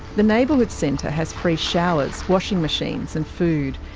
the neighbourhood centre has free showers, washing machines and food.